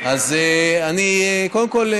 קודם כול,